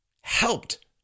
helped